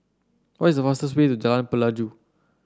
what is the fastest way to Jalan Pelajau